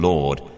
Lord